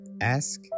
ask